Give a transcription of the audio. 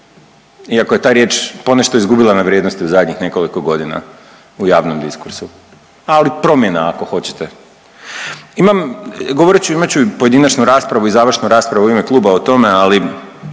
iako je ta riječ ponešto izgubila na vrijednosti u zadnjih nekoliko godina u javnom diskursu, ali promjena ako hoćete. Imam, govorit ću, imat ću i pojedinačnu raspravu i završnu raspravu u ime kluba o tome, ali